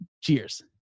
cheers